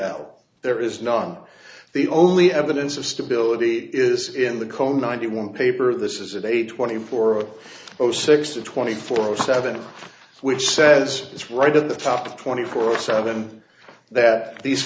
out there is none the only evidence of stability is in the co ninety one paper this is a day twenty four zero six of twenty four seven which says it's right at the top twenty four seven that these